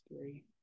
three